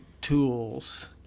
tools